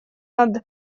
над